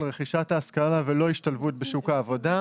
רכישת ההשכלה ולא השתלבות בשוק העבודה.